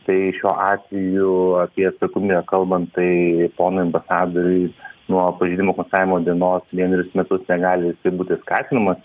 tai šiuo atveju apie atsakomybę kalbant tai ponui ambasadoriui nuo pažeidimo konstatavimo dienos vienerius metus negali būti skatinimas